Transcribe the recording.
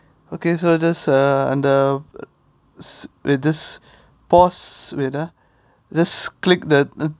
okay so just ah அந்த:antha this pause wait ah just click that ah